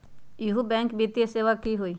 इहु बैंक वित्तीय सेवा की होई?